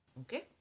okay